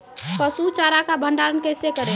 पसु चारा का भंडारण कैसे करें?